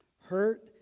hurt